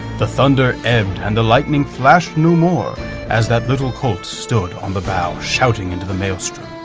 the thunder ebbed and the lightning flashed no more as that little colt stood on the bow shouting into the maelstrom,